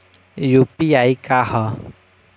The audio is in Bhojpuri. यू.पी.आई का ह?